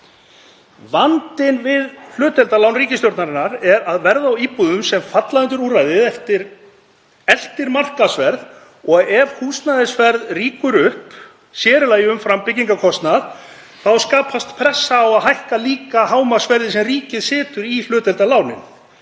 Vandinn við hlutdeildarlán ríkisstjórnarinnar er að verð á íbúðum sem falla undir úrræðið eltir markaðsverð og ef húsnæðisverð rýkur upp, sér í lagi umfram byggingarkostnað, skapast pressa á að hækka líka hámarksverðið sem ríkið setur í hlutdeildarlánin,